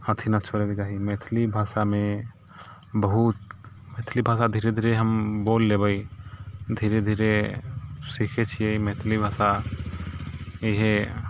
अथी नहि छोड़ैके चाही मैथिली भाषामे बहुत मैथिली भाषा धीरे धीरे हम बोल लेबै धीरे धीरे सीखैत छियै मैथिली भाषा इहे